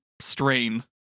strain